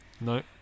no